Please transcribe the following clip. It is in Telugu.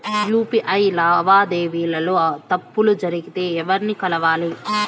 యు.పి.ఐ లావాదేవీల లో తప్పులు జరిగితే ఎవర్ని కలవాలి?